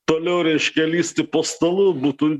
toliau reiškia lįsti po stalu būtų